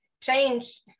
change